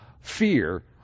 fear